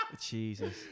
Jesus